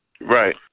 Right